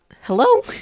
hello